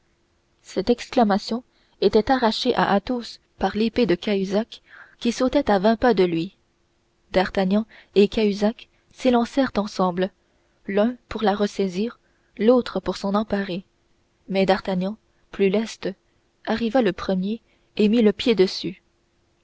cette exclamation était arrachée à athos par l'épée de cahusac qui sautait à vingt pas de lui d'artagnan et cahusac s'élancèrent ensemble l'un pour la ressaisir l'autre pour s'en emparer mais d'artagnan plus leste arriva le premier et mit le pied dessus